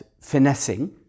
finessing